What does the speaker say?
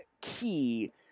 key